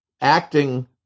acting